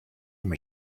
him